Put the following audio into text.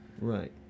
right